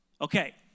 Okay